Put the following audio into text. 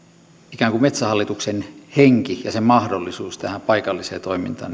ikään kuin metsähallituksen henki ja se mahdollisuus tähän paikalliseen toimintaan